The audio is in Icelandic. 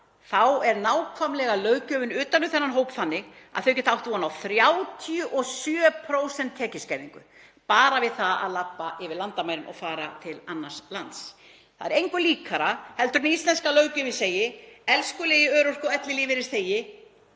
þá er nákvæmlega löggjöfin utan um þennan hóp þannig að þau geta átt von á 37% tekjuskerðingu bara við það að labba yfir landamærin og fara til annars lands. Það er engu líkara en að íslenska löggjöfin segi: Elskulegi örorku- og ellilífeyrisþegi.